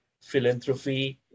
philanthropy